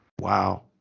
Wow